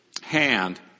hand